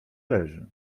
leży